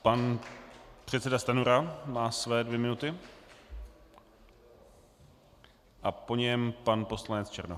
Pan předseda Stanjura má své dvě minuty a po něm pan poslanec Černoch.